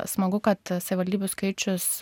smagu kad savivaldybių skaičius